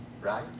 right